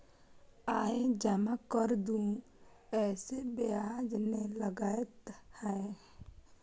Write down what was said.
आय जमा कर दू ऐसे ब्याज ने लगतै है?